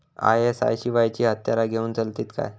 ISI शिवायची हत्यारा घेऊन चलतीत काय?